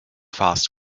fast